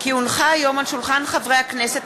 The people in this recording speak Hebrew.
כי הונחו היום על שולחן הכנסת,